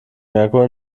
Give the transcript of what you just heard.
merkur